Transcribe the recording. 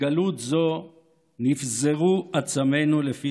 בגלות זו "נִפְזְרוּ עֲצָמֵינוּ לְפִי